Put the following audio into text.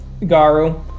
garu